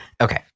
Okay